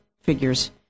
figures